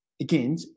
Again